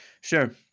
Sure